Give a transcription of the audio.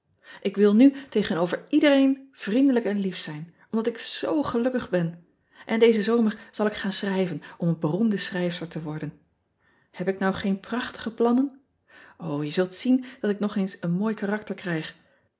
k wil nu tegenover iedereen vriendelijk en lief zijn omdat ik zoo gelukkig ben n dezen zomer zal ik gaan schrijven om een beroemde schrijfster te worden eb ik nou geen prachtige planners je zult zien dat ik nog eens een mooi karakter krijg